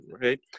right